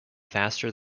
faster